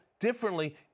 differently